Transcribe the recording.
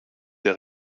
der